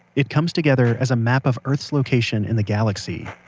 it comes together as a map of earth's location in the galaxy